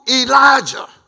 Elijah